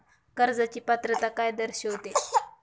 कर्जाची पात्रता काय दर्शविते?